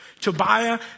Tobiah